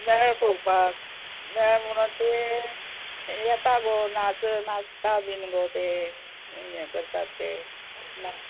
मेळ पळोवपाक मेळ म्हणून ते येता गो नाच नाचता बीन गो ते हे करतात ते ना